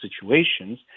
situations